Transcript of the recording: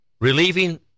relieving